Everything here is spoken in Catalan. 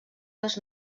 les